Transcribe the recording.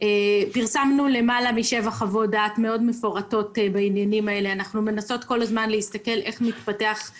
רגע, ד"ר תהילה אלטשולר, מי הבטיח את